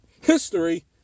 history